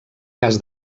cas